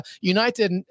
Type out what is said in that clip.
United